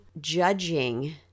judging